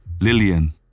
Lillian